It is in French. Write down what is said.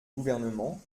gouvernement